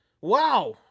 Wow